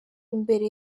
imbere